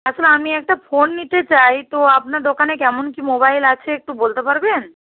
আসলে আমি একটা ফোন নিতে চাই তো আপনার দোকানে কেমন কী মোবাইল আছে একটু বলতে পারবেন